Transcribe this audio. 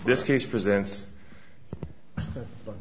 this case presents but